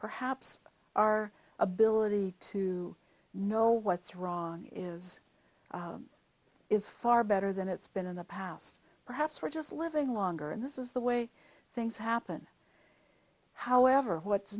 perhaps our ability to know what's wrong is is far better than it's been in the past perhaps we're just living longer and this is the way things happen however what